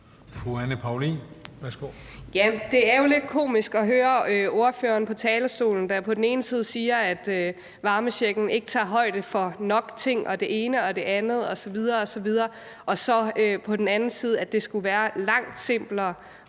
det er jo lidt komisk at høre ordføreren på talerstolen på den ene side sige, at varmechecken ikke tager højde for nok ting og det ene og det andet osv. osv., og så på den anden side sige, at det skulle være langt simplere